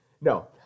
No